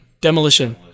demolition